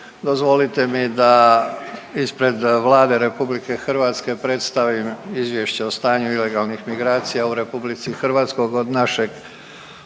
Dozvolite mi da ispred Vlade RH predstavim Izvješće o stanju ilegalnih migracija u RH od našeg